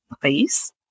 place